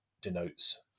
denotes